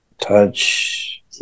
Touch